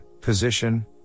position